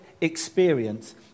experience